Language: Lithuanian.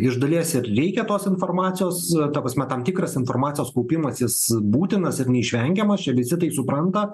iš dalies ir reikia tos informacijos ta prasme tam tikras informacijos kaupimas jis būtinas ir neišvengiamas čia visi tai supranta